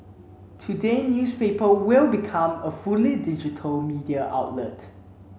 today newspaper will become a fully digital media outlet